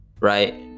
Right